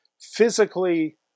physically